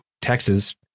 Texas